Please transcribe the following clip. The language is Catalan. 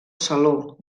saló